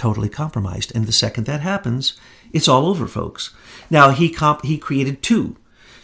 totally compromised and the second that happens it's all over folks now he cop he created to